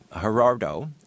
Gerardo